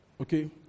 okay